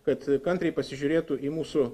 kad kantriai pasižiūrėtų į mūsų